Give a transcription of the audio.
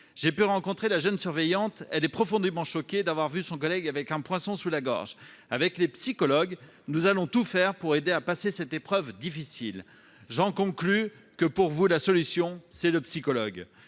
J'ai pu rencontrer la jeune surveillante. Elle est profondément choquée d'avoir vu son collègue avec un poinçon sous la gorge. Avec les psychologues, nous allons tout faire pour l'aider à passer cette épreuve difficile. » J'en conclus que, pour vous, la solution, c'est le psychologue